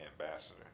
ambassador